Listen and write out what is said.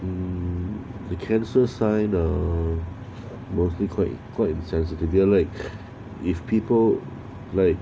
the cancer sign a mostly quite quite insensitive there like if people like